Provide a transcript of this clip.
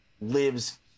lives